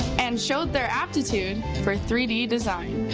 and showed their aptitude for three d design.